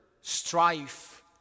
strife